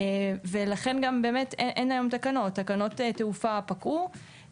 לכן גם באמת אין היום תקנות, תקנות התעופה פקעו.